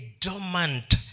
dormant